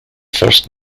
first